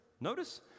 Notice